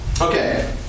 Okay